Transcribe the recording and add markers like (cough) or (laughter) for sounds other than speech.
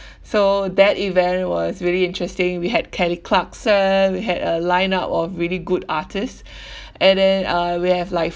(breath) so that event was really interesting we had kelly clarkson we had a line up of really good artist (breath) and then uh we have like